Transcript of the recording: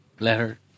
Letter